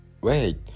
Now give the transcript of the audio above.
Wait